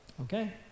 Okay